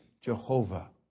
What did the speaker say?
Jehovah